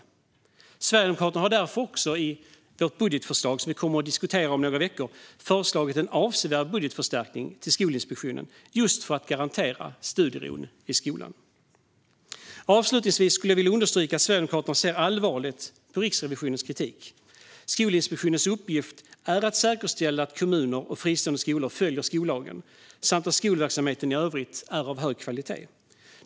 Vi i Sverigedemokraterna har därför också i vårt budgetförslag, som vi kommer att diskutera om några veckor, föreslagit en avsevärd budgetförstärkning till Skolinspektionen, just för att garantera studiero i skolan. Avslutningsvis skulle jag vilja understryka att Sverigedemokraterna ser allvarligt på Riksrevisionens kritik. Skolinspektionens uppgift är att säkerställa att kommuner och fristående skolor följer skollagen samt att skolverksamheten i övrigt är av hög kvalitet.